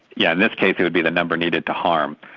yeah in this case it would be the number needed to harm.